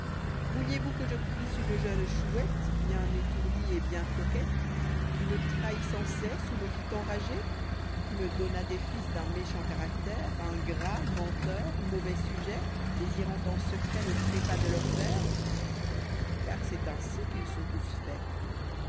vpuliez vpus que je prisse une jeune chouette bien étourdie et bien coquette qui me trahît sans cesse ou me fit enrager qui me'donnât des fils d'un méchant caractère ingrats menteurs mauvais sujets désirant en secret le trépas de leurpère car c'est ainsi qu'ils sont tous faits